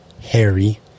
Harry